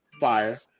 Fire